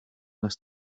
las